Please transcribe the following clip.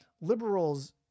Liberals